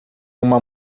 uma